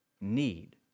need